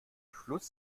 fluss